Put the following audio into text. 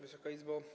Wysoka Izbo!